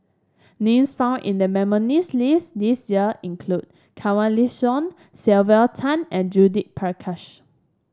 names found in the nominees' list this year include Kanwaljit Soin Sylvia Tan and Judith Prakash